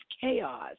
chaos